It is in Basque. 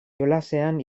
jolasean